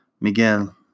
Miguel